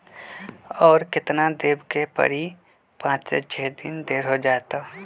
और केतना देब के परी पाँच से छे दिन देर हो जाई त?